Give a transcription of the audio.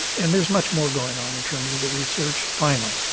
and there's much more going on in terms of the research, finally.